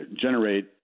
generate